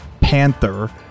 panther